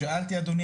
שאלתי, אדוני